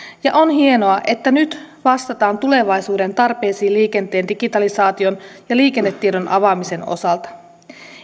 ja on hienoa että nyt vastataan tulevaisuuden tarpeisiin liikenteen digitalisaation ja liikennetiedon avaamisen osalta